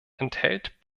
enthält